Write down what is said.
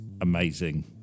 amazing